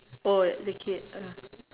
oh the kid uh